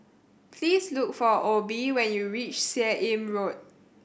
please look for Obe when you reach Seah Im Road